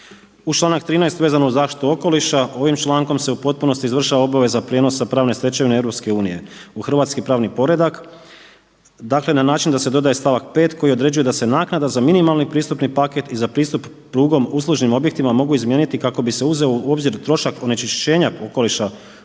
Uz članak 13. vezano uz zaštitu okoliša ovim člankom se u potpunosti izvršava obaveza prijenosa pravne stečevine EU u hrvatski pravni poredak. Dakle na način da se dodaje stavak 5. koji određuje da se naknada za minimalni pristupni paket i za pristup prugom uslužnim objektima mogu izmijeniti kako bi se uzeo u obzir trošak onečišćenja okoliša